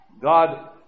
God